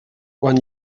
quan